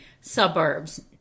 suburbs